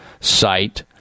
site